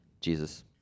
Jesus